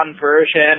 version